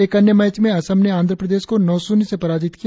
N अन्य match में असम ने आंध्र प्रदेश को नौ शून्य से पराजित किया